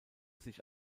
sich